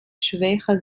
schwächer